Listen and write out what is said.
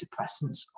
antidepressants